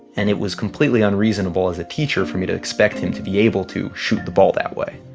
and it was completely unreasonable, as a teacher, for me to expect him to be able to shoot the ball that way.